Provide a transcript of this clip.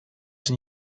czy